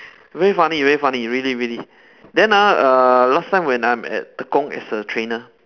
very funny very funny really really then ah uh last time when I'm at tekong as a trainer